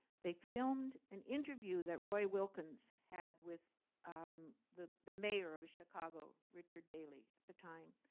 they filmed an interview that roy wilkins had with um the the mayor of chicago, richard daley at the time.